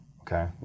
Okay